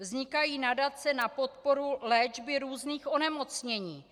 Vznikají nadace na podporu léčby různých onemocnění.